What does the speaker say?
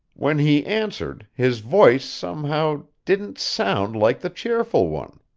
when he answered, his voice, somehow, didn't sound like the cheerful one.